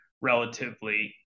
relatively